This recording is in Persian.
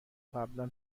قبلا